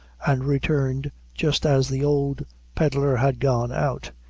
and returned just as the old pedlar had gone out.